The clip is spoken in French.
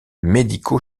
médico